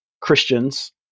Christians